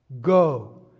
Go